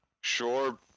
sure